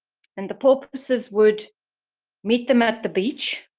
and the porpoises would meet them at the beach,